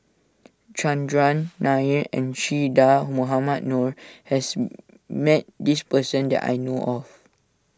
Chandran Nair and Che Dah Mohamed Noor has met this person that I know of